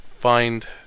find